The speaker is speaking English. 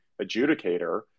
adjudicator